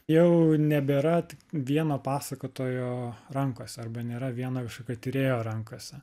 jau nebėra tik vieno pasakotojo rankose arba nėra viena kažkokia tyrėjo rankose